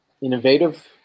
innovative